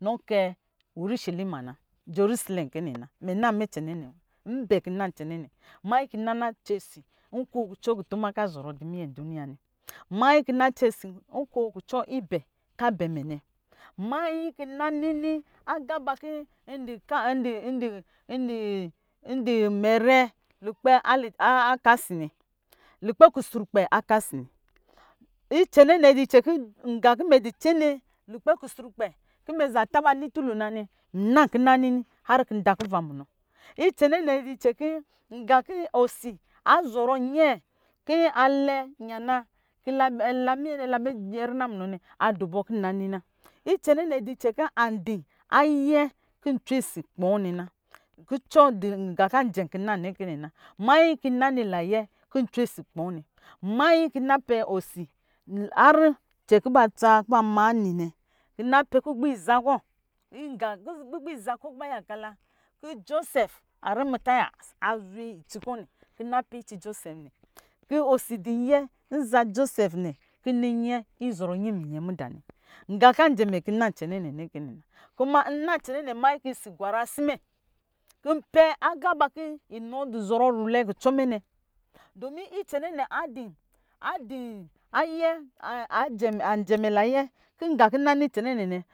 Nɔkɛ yurise lima na, jorisɛlɛ kɛ nɛ na mɛ na mɛ cɛ nɛ wa mbɛ kina mɛcɛnɛ mayi kina nacɛ si nko kucɔ kutuma ka zɔrɔ di minyuɛ nduniya nɛ, mayi kina cɛsi nko kucɔ ibɛ ka bɛ mɛ nɛ, mayi kina nini, aga ba kin ndi ndi ndi mɛrɛ lukpɛ asi, lukpɛ kusrukpɛ akasi, icɛnɛ nɛdi cɛ ki nga ki mɛdi tsene lukpɛ kusrukpɛ kɔ̄ mɛza tabani tulona nɛ nna kin na ni rkin da kuva munɔ icɛnɛ nɛ dicɛ kin ngaki osi azɔrɔ nyɛɛ kin alɛ yana ki la minyɛ na yɛrina munɔ nɛ kin na nina kɛnɛ ne di cɛ kin adi ayɛ kin nciwensi kpɔ̄ɔ̄ nɛ na gā ka jɛn kina nɛ kɛ nɛ na mayi kin na ni nayɛ kin cwensi kpɔɔ n ma, mayi kin napɛ osi rcɛ lkuba tsa ku mani ne, kina pɛ kugbizakɔ̄, kugb za kɔ̄ kɔ̄ ba yaka la kɔ̄ jɔsɛf arimatang azwe itsi kɔ̄ nɛ, kin napɛ itsi jɔsɛ nɛ kin osidiyɛ nza jɔsɛ nɛ niyɛ izɔrɔɔyi minyɛ mida nɛ gá ka jɛ mɛ kin na cɛ nɛ kina, kuma ina cɛnɛ nyi kin osi gwara asimɛ kin pɛ agaba kin inɔ du zɔrɔ rulwe kucɔ mɛ nɛ, do mi icɛnɛ nɛ adi adi ayɛ ā jɛmɛ nayɛ kin g` kin na ni cɛnɛ nɛnɛ.